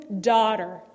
daughter